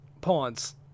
pawns